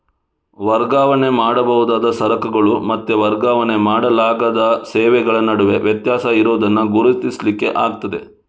ವರ್ಗಾವಣೆ ಮಾಡಬಹುದಾದ ಸರಕುಗಳು ಮತ್ತೆ ವರ್ಗಾವಣೆ ಮಾಡಲಾಗದ ಸೇವೆಗಳ ನಡುವೆ ವ್ಯತ್ಯಾಸ ಇರುದನ್ನ ಗುರುತಿಸ್ಲಿಕ್ಕೆ ಆಗ್ತದೆ